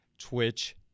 twitch